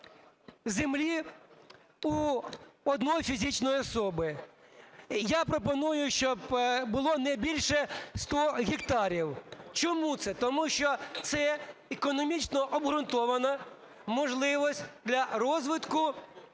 землі у однієї фізичної особи. Я пропоную, щоб було не більше 100 гектарів. Чому це. Тому що це економічно обґрунтована можливість для розвитку,